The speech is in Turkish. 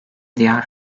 diğer